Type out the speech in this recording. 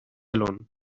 alone